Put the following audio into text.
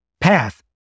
path